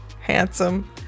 Handsome